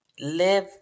live